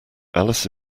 alice